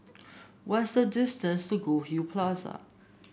what's the distance to Goldhill Plaza